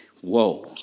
whoa